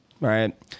Right